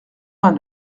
vingt